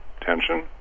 tension